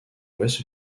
ouest